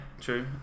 true